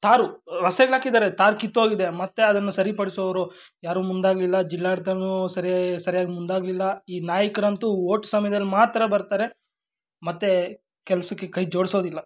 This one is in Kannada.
ತಾರು ರಸ್ತೆಗ್ಳು ಹಾಕಿದ್ದಾರೆ ತಾರು ಕಿತ್ತೋಗಿದೆ ಮತ್ತು ಅದನ್ನು ಸರಿ ಪಡಿಸೋವ್ರು ಯಾರೂ ಮುಂದಾಗಲಿಲ್ಲ ಜಿಲ್ಲಾಡಳ್ತವೂ ಸರಿ ಸರ್ಯಾಗಿ ಮುಂದಾಗಲಿಲ್ಲ ಈ ನಾಯಕರಂತೂ ವೋಟ್ ಸಮಯ್ದಲ್ಲಿ ಮಾತ್ರ ಬರ್ತಾರೆ ಮತ್ತೆ ಕೆಲಸಕ್ಕೆ ಕೈ ಜೋಡಿಸೋದಿಲ್ಲ